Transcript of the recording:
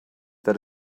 that